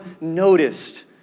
noticed